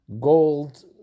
gold